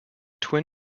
twin